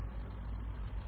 അല്ലേ